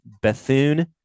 Bethune